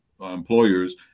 employers